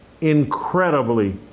incredibly